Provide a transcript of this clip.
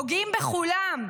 פוגעים בכולם.